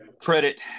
credit